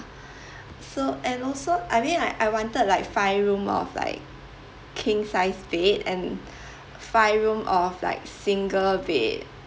so and also I mean like I wanted like five room of like king sized bed and five room of like single bed